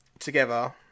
together